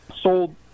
sold